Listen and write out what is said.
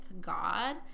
God